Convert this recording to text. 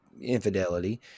infidelity